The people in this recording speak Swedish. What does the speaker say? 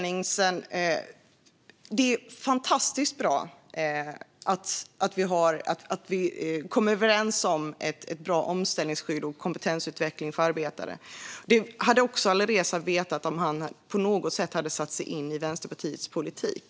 Det är fantastiskt bra att vi kom överens om ett bra omställningsskydd och kompetensutveckling för arbetare. Det hade Alireza vetat om han på något sätt hade satt sig in i Vänsterpartiets politik.